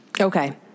Okay